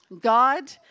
God